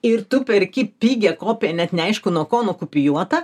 ir tu perki pigią kopiją net neaišku nuo ko nukopijuotą